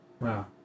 Wow